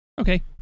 Okay